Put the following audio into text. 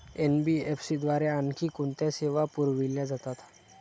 NBFC द्वारे आणखी कोणत्या सेवा पुरविल्या जातात?